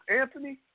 Anthony